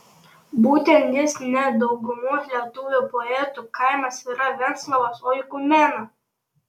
būtent jis ne daugumos lietuvių poetų kaimas yra venclovos oikumena